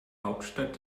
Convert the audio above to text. hauptstadt